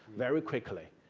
very quickly.